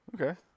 Okay